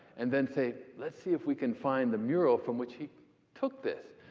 and then say, let's see if we can find the mural from which he took this.